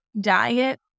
diet